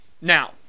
Now